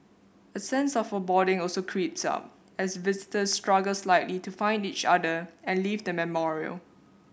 a sense of foreboding also creeps up as visitors struggle slightly to find each other and leave the memorial